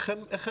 איך הם יסתדרו?